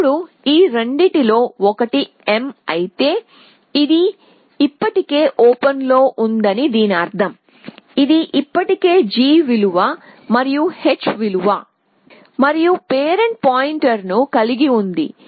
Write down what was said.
ఇప్పుడు ఈ రెండింటిలో ఒకటి m అయితే ఇది ఇప్పటికే ఓపెన్లో ఉందని దీని అర్థం ఇది ఇప్పటికే g విలువ మరియు h విలువ మరియు పేరెంట్ పాయింట్ను కలిగి ఉంది